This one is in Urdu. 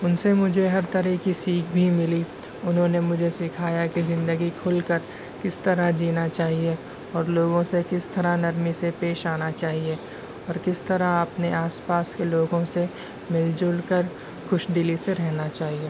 ان سے مجھے ہر طرح کی سیکھ بھی ملی انہوں نے مجھے سکھایا کہ زندگی کھل کر کس طرح جینا چاہیے اور لوگوں سے کس طرح نرمی سے پیش آنا چاہیے اور کس طرح اپنے آس پاس کے لوگوں سے مل جل کر خوش دلی سے رہنا چاہیے